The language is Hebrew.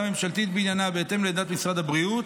ממשלתית בעניינה בהתאם לעמדת משרד הבריאות.